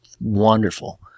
wonderful